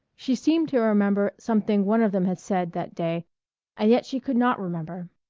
she seemed to remember something one of them had said that day and yet she could not remember.